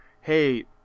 Hey